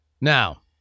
Now